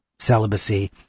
celibacy